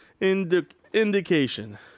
indication